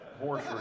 horse